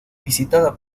visitada